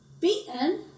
Beaten